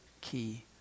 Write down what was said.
key